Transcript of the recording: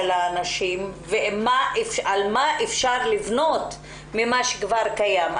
הנשים ועל מה אפשר לבנות ממה שכבר קיים.